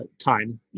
time